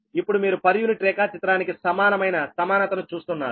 ఇప్పుడు మీరు per unit రేఖాచిత్రానికి సమానమైన సమానతను చూస్తున్నారు